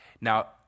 Now